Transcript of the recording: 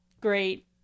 Great